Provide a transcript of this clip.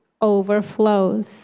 overflows